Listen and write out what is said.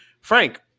Frank